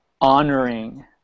honoring